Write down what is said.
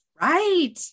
Right